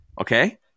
okay